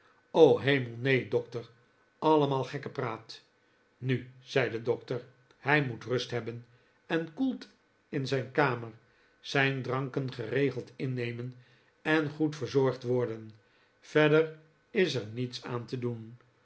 hemel neen dokter allemaal gekkepraat nu zei de dokter hij moet rust hebben en koelte in zijn kamer zijn dranken geregeld innemen en goed verzorgd worr den verder is er niets aan te doen